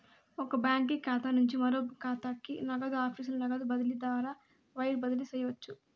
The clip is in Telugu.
ఒక బాంకీ ఖాతా నుంచి మరో కాతాకి, నగదు ఆఫీసుల నగదు బదిలీ ద్వారా వైర్ బదిలీ చేయవచ్చు